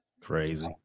Crazy